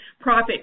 profit